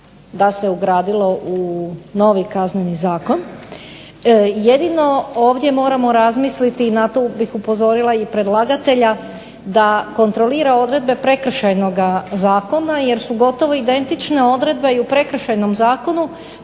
da se ugradilo u novi Kazneni zakon. Jedino ovdje moramo razmisliti i na to bih upozorila i predlagatelja da kontrolira odredbe Prekršajnoga zakona, jer su gotovo identične odredbe i u Prekršajnom zakonu,